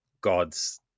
gods